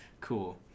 Cool